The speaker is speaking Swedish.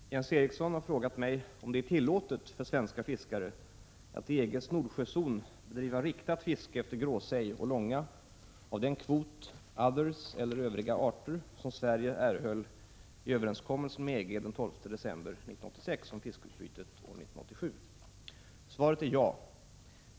Herr talman! Jens Eriksson har frågat mig om det är tillåtet för svenska fiskare att i EG:s Nordsjözon bedriva riktat fiske efter gråsej och långa av den kvot ”others” eller ”övriga arter” som Sverige erhöll i överenskommelsen med EG den 12 december 1986 om fiskeutbytet 1987. Svaret är ja.